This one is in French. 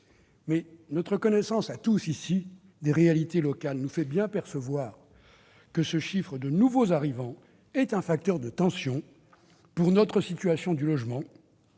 Notre connaissance, à tous ici, des réalités locales nous fait bien percevoir que ce chiffre de nouveaux arrivants est un facteur de tension dans le secteur du logement-